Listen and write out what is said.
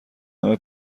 همه